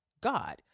God